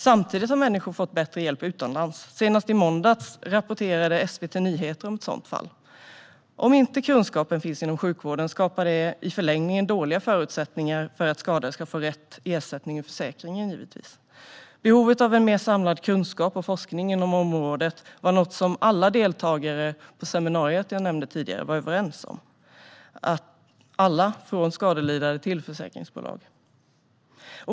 Samtidigt har människor fått bättre hjälp utomlands - senast i måndags rapporterade SVT Nyheter om ett sådant fall. Om inte kunskapen finns inom sjukvården skapar det givetvis i förlängningen dåliga förutsättningar för att skadade ska få rätt ersättning från försäkringen. Behovet av en mer samlad kunskap och forskning inom området var något som alla deltagare vid det seminarium jag tidigare nämnde var överens om - alla, från skadelidande till försäkringsbolag.